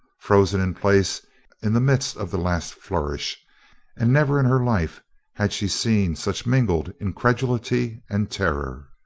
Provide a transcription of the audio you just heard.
frozen in place in the midst of the last flourish and never in her life had she seen such mingled incredulity and terror.